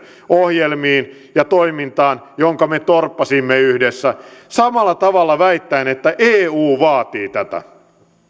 ohjelmiin ja toimintaan jonka me torppasimme yhdessä samalla tavalla väittäen että eu vaatii tätä